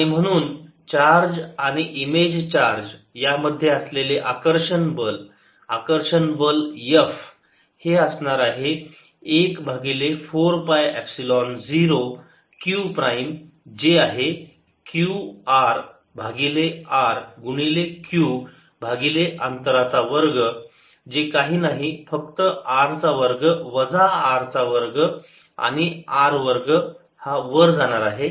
आणि म्हणून चार्ज आणि इमेज चार्ज या मध्ये असलेले आकर्षण बल आकर्षण बल F हे असणार आहे 1 भागिले 4 पाय एपसिलोन 0 q प्राईम जे आहे q R भागिले r गुणिले q भागिले अंतरा चा वर्ग जे काही नाही फक्त r चा वर्ग वजा R चा वर्ग आणि r वर्ग हा वर जाणार आहे